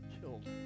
killed